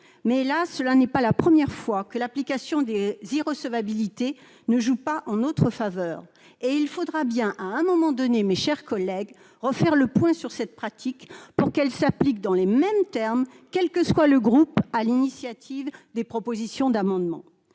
mais, hélas, ce n'est pas la première fois que l'application des irrecevabilités ne joue pas en notre faveur. À un moment, mes chers collègues, il faudra refaire le point sur cette pratique pour faire en sorte qu'elle s'applique dans les mêmes termes, quel que soit le groupe à l'initiative des propositions d'amendements.